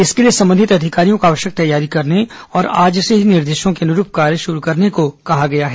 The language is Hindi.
इसके लिए संबंधित अधिकारियों को आवश्यक तैयारी करने और आज से ही निर्देशों के अनुरूप कार्य शुरू करने के लिए कहा गया है